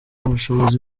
ubushobozi